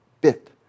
bit